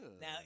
Now